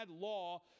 law